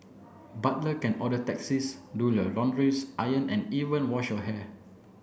butler can order taxis do your laundries iron and even wash your hair